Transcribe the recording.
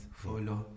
follow